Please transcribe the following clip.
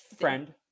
friend